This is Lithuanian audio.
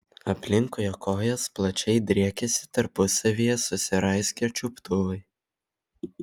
aplink jo kojas plačiai driekėsi tarpusavyje susiraizgę čiuptuvai